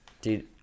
Dude